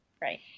Right